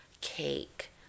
cake